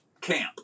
camp